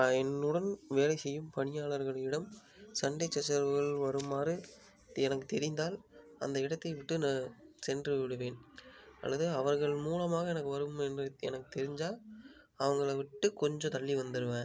ப என்னுடன் வேலை செய்யும் பணியாளர்களிடம் சண்டை சச்சரவுகள் வருமாறு எனக்கு தெரிந்தால் அந்த இடத்தை விட்டு சென்று விடுவேன் அல்லது அவர்கள் மூலமாக எனக்கு வரும் என்று எனக்கு தெரிஞ்சால் அவங்கள விட்டு கொஞ்சம் தள்ளி வந்துடுவேன்